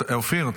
אופיר?